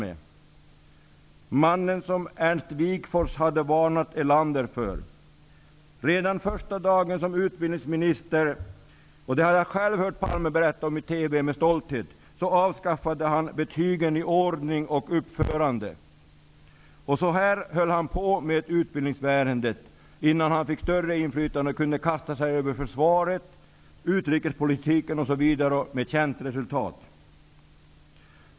Det var mannen som Ernst Wigforss hade varnat Erlander för. Redan första dagen som utbildningsminister -- jag har själv hört Palme med stolthet berätta om det i TV -- avskaffade han betygen i ordning och uppförande. Sedan fortsatte han att hålla på med utbildningsväsendet innan han fick större inflytande och kunde kasta sig över försvaret, utrikespolitiken osv. -- med känt resultat.